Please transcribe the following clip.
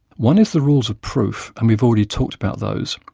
one is the rules of proof, and we've already talked about those,